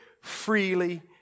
freely